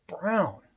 brown